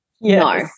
no